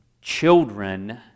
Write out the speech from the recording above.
children